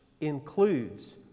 includes